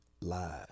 live